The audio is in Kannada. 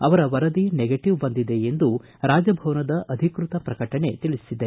ಅವರ ವರದಿ ನೆಗೆಟವ್ ಬಂದಿದೆ ಎಂದು ರಾಜಭವನದ ಅಧಿಕೃತ ಪ್ರಕಟಣೆ ತಿಳಿಸಿದೆ